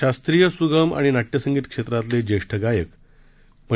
शास्त्रीय सुगम आणि नाट्यसंगीत क्षेत्रातले ज्येष्ठ गायक पं